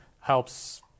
helps